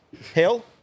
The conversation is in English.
hill